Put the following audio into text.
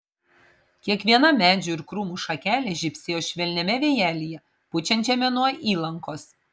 kiekviena medžių ir krūmų šakelė žibsėjo švelniame vėjelyje pučiančiame nuo įlankos